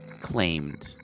claimed